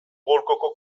golkoko